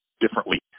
differently